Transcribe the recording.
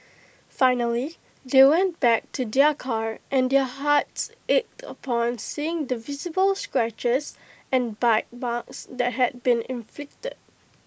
finally they went back to their car and their hearts ached upon seeing the visible scratches and bite marks that had been inflicted